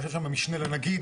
יושב שם המשנה לנגיד,